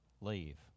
leave